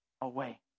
away